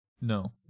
No